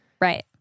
Right